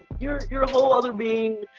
you're you're a whole other being.